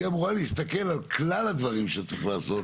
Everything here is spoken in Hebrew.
היא אמורה להסתכל על כלל הדברים שצריך לעשות